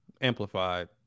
Amplified